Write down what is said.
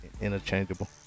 Interchangeable